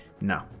No